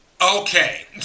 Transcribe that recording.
Okay